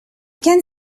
can